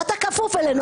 ואתה כפוף אלינו.